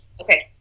Okay